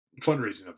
fundraising